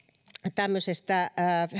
tämmöisestä